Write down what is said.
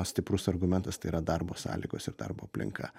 stiprus argumentas tai yra darbo sąlygos ir darbo aplinka